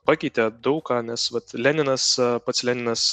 pakeitė daug ką nes vat leninas pats leninas